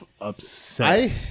upset